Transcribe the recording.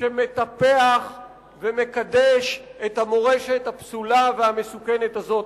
שמטפח ומקדש את המורשת הפסולה והמסוכנת הזאת,